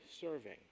serving